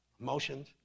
Emotions